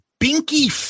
Binky